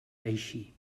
eixir